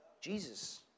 Jesus